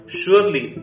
surely